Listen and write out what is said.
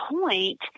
point